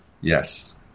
yes